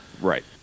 Right